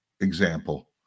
example